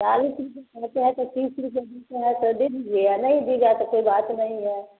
चालीस रुपये कहते हैं तो तीस रुपये जैसे है तो दे दीजिए या नहीं दी जाए तो कोई बात नहीं है